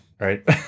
right